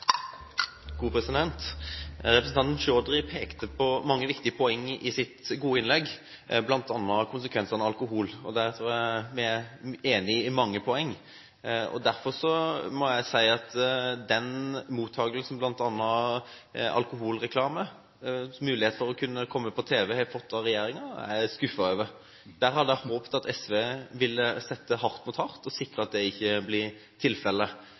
gode innlegg, bl.a. konsekvensene av alkoholbruk. Vi er enig i mange av poengene. Derfor må jeg si at den mottakelsen bl.a. alkoholreklame – og muligheten for at det kan komme på tv – har fått av regjeringen, er jeg skuffet over. Jeg hadde håpet at SV ville satt hardt mot hardt og sikret at det ikke ble tilfellet.